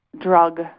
drug